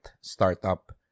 startup